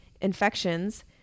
infections